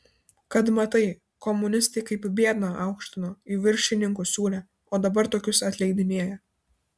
kad matai komunistai kaip biedną aukštino į viršininkus siūlė o dabar tokius atleidinėja